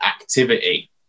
activity